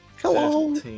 Hello